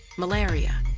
malaria,